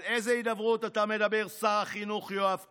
על איזו הידברות אתה מדבר, שר החינוך יואב קיש?